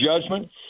judgment